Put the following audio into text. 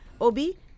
obi